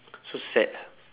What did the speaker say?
so sad